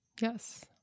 Yes